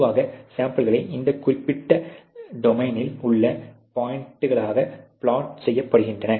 பொதுவாக சாம்பிள்கள் இந்த குறிப்பிட்ட டொமைனில் உள்ள பொயிண்ட்களாக பிளாட் செய்யப்படுகின்றன